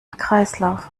kreislauf